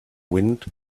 wind